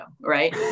right